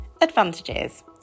Advantages